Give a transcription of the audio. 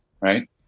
right